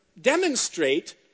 demonstrate